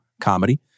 comedy